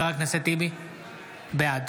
בעד